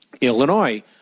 Illinois